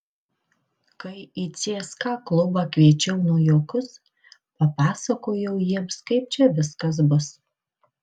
kai į cska klubą kviečiau naujokus papasakojau jiems kaip čia viskas bus